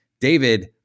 David